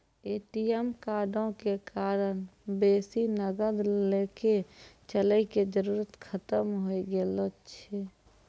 ATM कार्डो के कारण बेसी नगद लैके चलै के जरुरत खतम होय गेलो छै